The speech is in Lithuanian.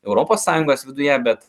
europos sąjungos viduje bet